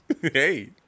Hey